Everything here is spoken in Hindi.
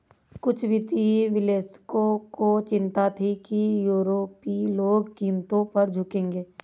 कुछ वित्तीय विश्लेषकों को चिंता थी कि यूरोपीय लोग कीमतों पर झुकेंगे